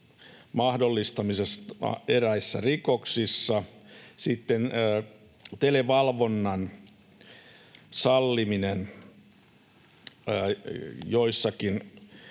mahdollistamisesta eräissä rikoksissa, sitten televalvonnan sallimisesta